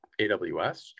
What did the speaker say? AWS